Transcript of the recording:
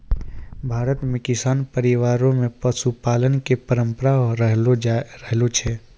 भारत मॅ किसान परिवार मॅ पशुपालन के परंपरा रहलो छै